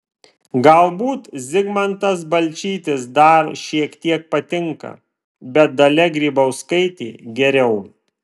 galbūt zigmantas balčytis dar šiek tiek patinka bet dalia grybauskaitė geriau